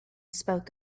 spoke